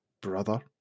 brother